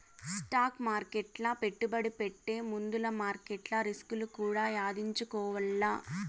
stock మార్కెట్ల పెట్టుబడి పెట్టే ముందుల మార్కెట్ల రిస్కులు కూడా యాదించుకోవాల్ల